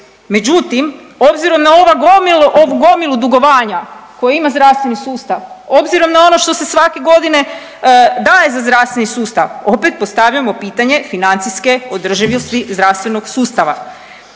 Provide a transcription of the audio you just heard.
međutim obzirom na ova gomilu, ovu gomilu dugovanja koje ima zdravstveni sustav, obzirom na ono što se svake godine daje za zdravstveni sustav opet postavljamo pitanje financijske održivosti zdravstvenog sustava.